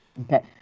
Okay